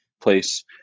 place